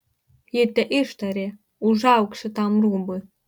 ji teištarė užauk šitam rūbui